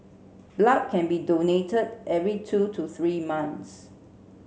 blood can be donated every two to three months